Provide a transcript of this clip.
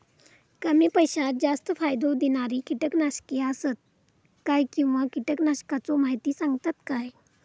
कमी पैशात जास्त फायदो दिणारी किटकनाशके आसत काय किंवा कीटकनाशकाचो माहिती सांगतात काय?